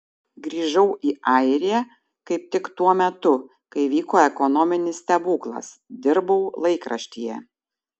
grįžau į airiją kaip tik tuo metu kai vyko ekonominis stebuklas dirbau laikraštyje